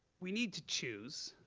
we need to choose,